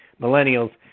millennials